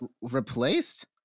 replaced